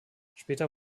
später